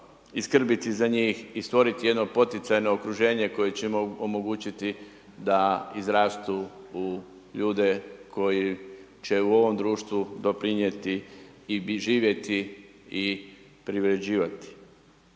i skrbiti za njih i stvoriti jedno poticajno okruženje koje će im omogućiti da izrastu u ljude koji će u ovom društvu doprinijeti i živjeti i privređivati.